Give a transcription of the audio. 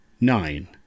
Nine